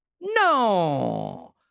No